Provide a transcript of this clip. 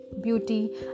beauty